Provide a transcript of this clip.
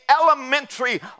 elementary